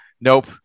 nope